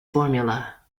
formula